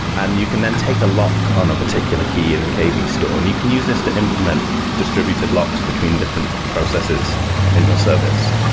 and you can then take a lock on a particular key in the kv store, and you can use this to implement distributed locks between different processes in your service.